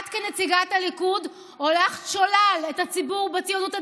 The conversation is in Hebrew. את כנציגת הליכוד הולכת שולל את הציבור בציונות הדתית,